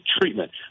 treatment